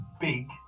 big